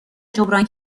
جبران